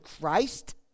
Christ